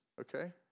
okay